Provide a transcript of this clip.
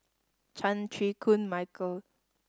Chan Chew Koon Michael